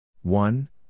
one